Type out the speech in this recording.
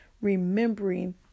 remembering